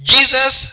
Jesus